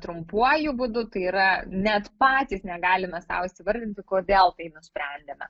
trumpuoju būdu tai yra net patys negalime sau įsivardinti kodėl tai nusprendėme